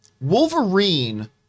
Wolverine